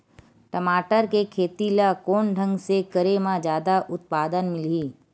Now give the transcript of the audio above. टमाटर के खेती ला कोन ढंग से करे म जादा उत्पादन मिलही?